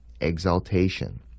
exaltation